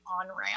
on-ramp